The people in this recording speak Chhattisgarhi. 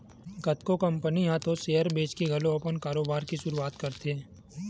कतको कंपनी ह तो सेयर बेंचके घलो अपन कारोबार के सुरुवात करथे